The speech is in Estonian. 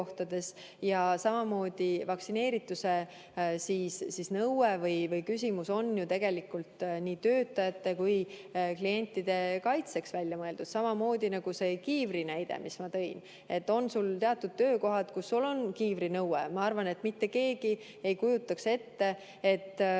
ja samamoodi vaktsineerituse nõue on ju tegelikult nii töötajate kui klientide kaitseks välja mõeldud. Samamoodi nagu see kiivri näide, mis ma tõin. On teatud töökohad, kus sul on kiivrinõue. Ma arvan, et mitte keegi ei kujutaks ette, et kuskil